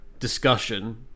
Discussion